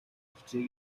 хүрчээ